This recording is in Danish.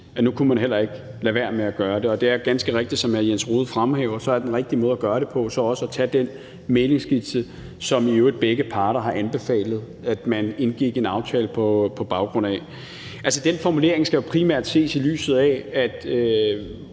at se, at man ikke kunne lade være med at gøre det. Det er ganske rigtigt – som hr. Jens Rohde fremhæver – at den rigtige måde at gøre det på så er at bruge den mæglingsskitse, som i øvrigt begge parter har anbefalet at man indgik en aftale på baggrund af. Altså, den formulering skal jo primært ses, i lyset af at